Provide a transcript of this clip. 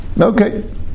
Okay